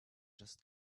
just